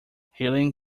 helene